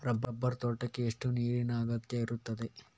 Rubber ತೋಟಕ್ಕೆ ಎಷ್ಟು ನೀರಿನ ಅಗತ್ಯ ಇರುತ್ತದೆ?